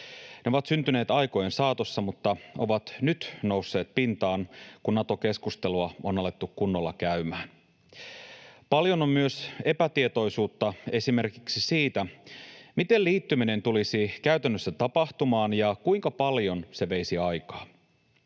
Ne ovat syntyneet aikojen saatossa mutta ovat nyt nousseet pintaan, kun Nato-keskustelua on alettu kunnolla käymään. Paljon on myös epätietoisuutta esimerkiksi siitä, miten liittyminen tulisi käytännössä tapahtumaan ja kuinka paljon se veisi aikaa.